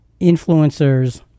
Influencers